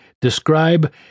describe